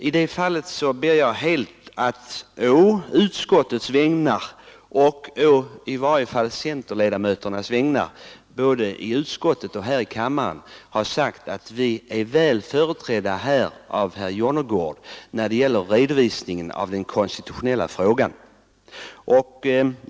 I det fallet vill jag säga på utskottets vägnar — åtminstone på centerledamöternas vägnar både i utskottet och här i kammaren — att vi är väl företrädda av herr Jonnergård när det gäller redovisningen av den konstitutionella frågan.